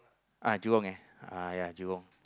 uh Jurong there uh ya Jurong